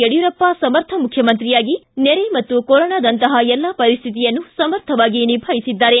ಯಡಿಯೂರಪ್ಪ ಸಮರ್ಥ ಮುಖ್ಯಮಂತ್ರಿಯಾಗಿ ನೆರೆ ಮತ್ತು ಕೊರೊನಾದಂತಹ ಎಲ್ಲಾ ಪರಿಸ್ಠಿತಿಯನ್ನು ಸಮರ್ಥವಾಗಿ ನಿಭಾಯಿಸಿದ್ದಾರೆ